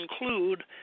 include